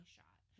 shot